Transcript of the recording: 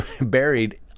buried